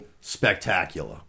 Spectacular